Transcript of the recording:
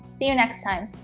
see you next time